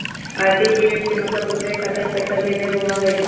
RTGS के मतलब दूसरे के खाता में पईसा भेजे होअ हई?